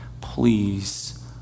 please